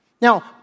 Now